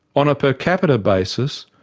on a per capita basis,